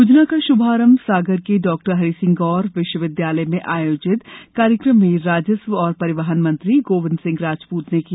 योजना का शुभारंभ सागर के डॉ हरिसिंह गौर विश्वविद्यालय में आयोजित कार्यक्रम में राजस्व और परिवहन मंत्री गोविंद सिंह राजपूत ने किया